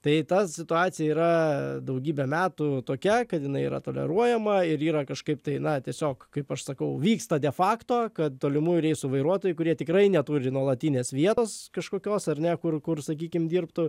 tai ta situacija yra daugybę metų tokia kad jinai yra toleruojama ir yra kažkaip tai na tiesiog kaip aš sakau vykstate defakto kad tolimųjų reisų vairuotojai kurie tikrai neturi nuolatinės vietos kažkokios ar ne kur kur sakykim dirbtų